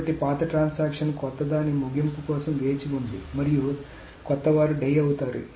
కాబట్టి పాత ట్రాన్సాక్షన్ కొత్త దాని ముగింపు కోసం వేచి ఉంది మరియు కొత్త వారు డై అవుతారు